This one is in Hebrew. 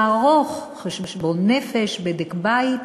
לערוך חשבון נפש, בדק בית,